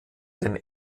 den